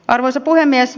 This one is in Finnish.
arvoisa puhemies